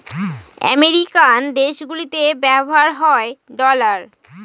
American দেশগুলিতে ব্যবহার হয় ডলার